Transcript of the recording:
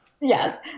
Yes